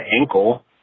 ankle